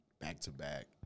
back-to-back